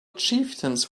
chieftains